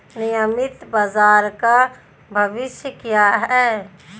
नियमित बाजार का भविष्य क्या है?